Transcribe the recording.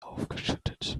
aufgeschüttet